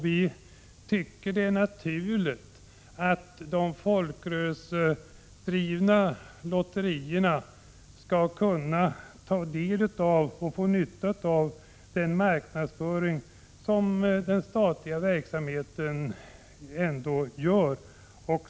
Vi tycker att det är naturligt att de folkrörelsedrivna lotterierna skall kunna få nytta av den marknadsföring som den statliga verksamheten ändå bedriver.